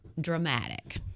Dramatic